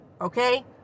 Okay